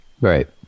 Right